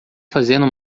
fazendo